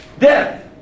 Death